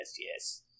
yes